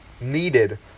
needed